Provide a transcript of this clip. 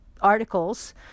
articles